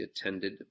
attended